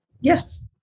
Yes